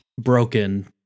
broken